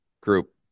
group